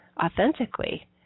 authentically